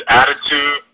attitude